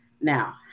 now